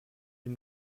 ihm